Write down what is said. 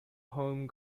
home